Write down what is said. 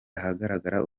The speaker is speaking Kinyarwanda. ahagaragara